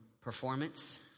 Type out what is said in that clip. performance